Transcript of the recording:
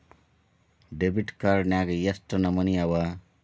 Debit card ನ್ಯಾಗ್ ಯೆಷ್ಟ್ ನಮನಿ ಅವ?